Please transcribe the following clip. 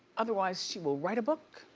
otherwise, she will write a book,